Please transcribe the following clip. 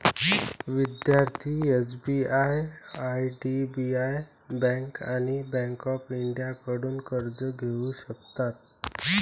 विद्यार्थी SBI IDBI bank आणि bank of इंडियाकडून कर्ज घेऊ शकतात